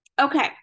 Okay